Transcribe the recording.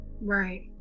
Right